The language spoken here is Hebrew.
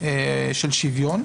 שאלת השוויון.